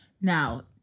Now